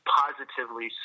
positively